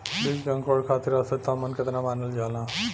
बीज के अंकुरण खातिर औसत तापमान केतना मानल जाला?